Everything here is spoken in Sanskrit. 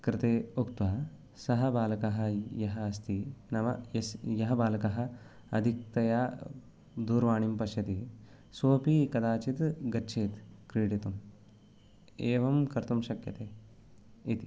कृते उक्त्वा सः बालकः यः अस्ति नाम यस् यः बालकः अधिकतया दूरवाणीं पश्यति सोऽपि कदाचित् गच्छेत् क्रीडितुम् एवं कर्तुं शक्यते इति